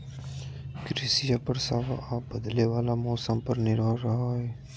कृषिया बरसाबा आ बदले वाला मौसम्मा पर निर्भर रहो हई